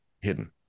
hidden